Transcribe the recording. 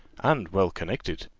and well connected,